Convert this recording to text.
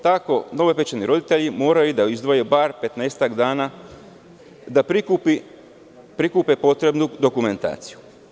Tako novopečeni roditelji moraju da izdvoje bar petnaestak dana da prikupe potrebnu dokumentaciju.